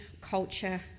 culture